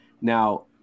now